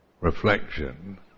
reflection